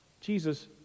Jesus